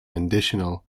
additional